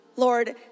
Lord